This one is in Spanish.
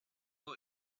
azul